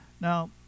Now